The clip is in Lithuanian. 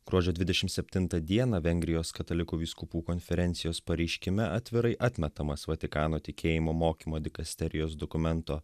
gruodžio dvidešim septintą dieną vengrijos katalikų vyskupų konferencijos pareiškime atvirai atmetamas vatikano tikėjimo mokymo dikasterijos dokumento